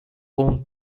wong